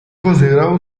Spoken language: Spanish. considerado